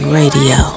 radio